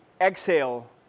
exhale